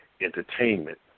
entertainment